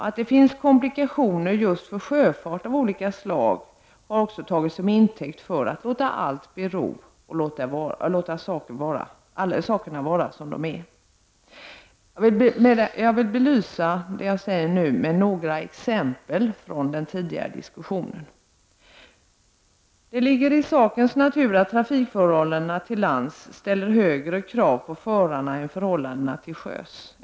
Att det finns komplikationer just för sjöfart av olika slag har också tagits som intäkt för att låta allt bero och låta det vara som det är. Jag vill belysa mitt anförande med några exempel från den tidigare diskussionen: ”Det ligger i sakens natur att trafikförhållandena till lands ställer högre krav på förarna än förhållandena till sjöss.